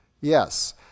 Yes